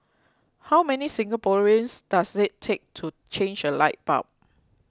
how many Singaporeans does it take to change a light bulb